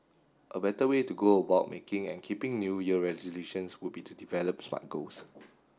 a better way to go about making and keeping new year resolutions would be to develop Smart goals